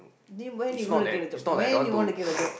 then when you gonna get a job when you wanna get a job